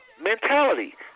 mentality